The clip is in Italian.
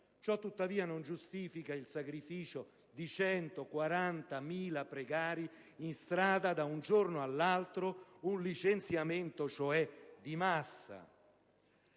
Ciò tuttavia non giustifica il sacrificio di 140.000 precari, in strada da un giorno all'altro, equiparabile ad un licenziamento di massa.